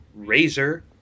razer